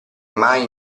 mai